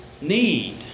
Need